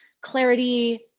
clarity